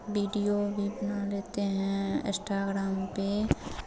video भी बना लेते हैं इश्टाग्ड़ाम पे